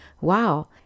wow